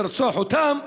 לרצוח אותם.